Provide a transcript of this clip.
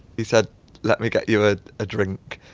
he said let me get you a drink.